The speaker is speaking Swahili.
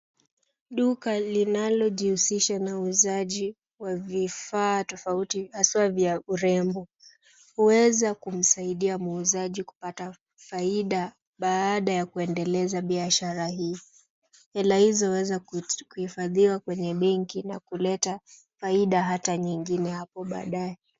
Duka linalojihuzisha na uusaji wa vifaa tofauti haswaa vya urembo ,uweza kumsaidia muuzaji kupata faida baada ya kuendeleza biashara hii ,hela hizo uweza kuifadhiwa kwenye benki na kuleta faida ata nyingine hapo baadae.